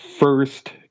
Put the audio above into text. first